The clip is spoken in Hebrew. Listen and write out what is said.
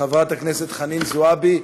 חברת הכנסת חנין זועבי,